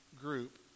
group